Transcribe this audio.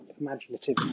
imaginative